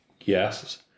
Yes